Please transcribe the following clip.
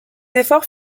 efforts